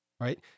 Right